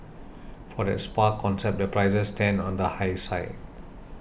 for that spa concept their prices stand on the high side